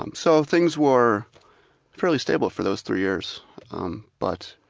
um so things were fairly stable for those three years um but